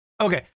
okay